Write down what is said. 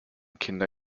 kinder